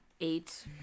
eight